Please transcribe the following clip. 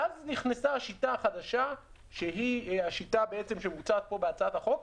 ואז נכנסה השיטה החדשה שהיא השיטה שמוצעת פה בהצעת החוק,